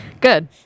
good